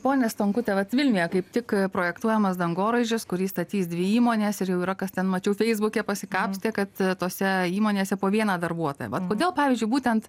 ponia stankutė vat vilniuje kaip tik projektuojamas dangoraižis kurį statys dvi įmonės ir jau yra kas ten mačiau feisbuke pasikapstė kad tose įmonėse po vieną darbuotoją vat kodėl pavyzdžiui būtent